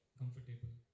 comfortable